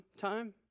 time